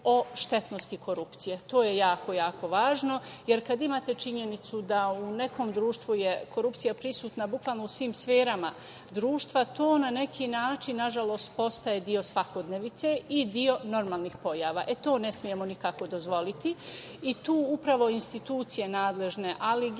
o štetnosti korupcije. To je jako važno, jer kad imate činjenicu da je u nekom društvu korupcija prisutna u svim sferama društva, to na neki način, nažalost, postaje deo svakodnevnice i deo normalnih pojava. To ne smemo nikako dozvoliti i tu upravo nadležne